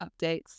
updates